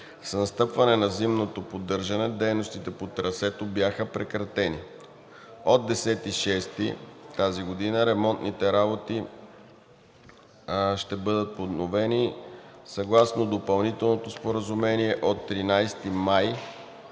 С настъпване на зимното поддържане дейностите по трасето бяха прекратени. От 10 юни тази година ремонтните работи ще бъдат подновени съгласно допълнителното споразумение от 13 май